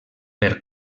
per